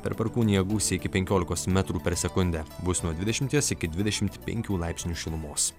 per perkūniją gūsiai iki penkiolikos metrų per sekundę bus nuo dvidešimies iki dvidešim penkių laipsnių šilumos